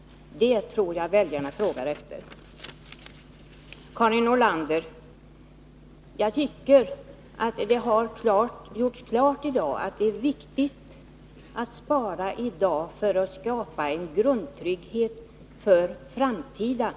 Det tror jag att väljarna frågar efter. Till Karin Nordlander vill jag säga att jag tycker att det i debatten här har gjorts klart att det är viktigt att spara i dag för att skapa en grundtrygghet för framtiden.